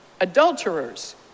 adulterers